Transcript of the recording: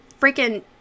freaking